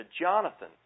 Jonathan